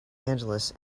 angeles